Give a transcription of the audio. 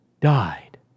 died